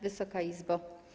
Wysoka Izbo!